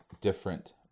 different